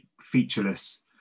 featureless